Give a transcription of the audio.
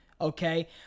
okay